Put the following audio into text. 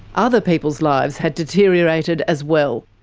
other people's lives had deteriorated as well.